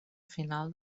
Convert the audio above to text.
final